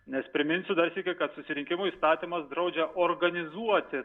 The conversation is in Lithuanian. nes priminsiu dar sykį kad susirinkimų įstatymas draudžia organizuoti